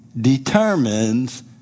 determines